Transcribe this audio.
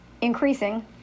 increasing